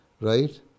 right